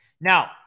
Now